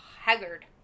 Haggard